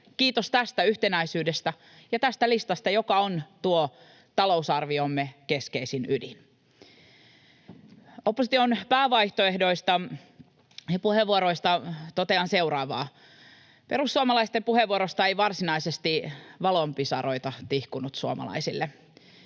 kiitos tästä yhtenäisyydestä ja tästä listasta, joka on talousarviomme keskeisin ydin. Opposition päävaihtoehdoista ja puheenvuoroista totean seuraavaa: Perussuomalaisten puheenvuorosta ei varsinaisesti valonpisaroita tihkunut suomalaisille.